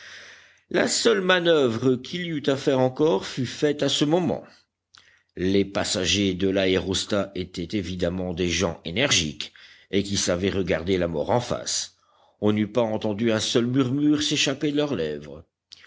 la seule manoeuvre qu'il y eût à faire encore fut faite à ce moment les passagers de l'aérostat étaient évidemment des gens énergiques et qui savaient regarder la mort en face on n'eût pas entendu un seul murmure s'échapper de leurs lèvres